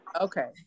okay